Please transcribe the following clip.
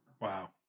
Wow